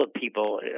people